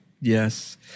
Yes